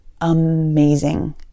amazing